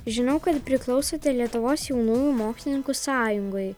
žinau kad priklausote lietuvos jaunųjų mokslininkų sąjungai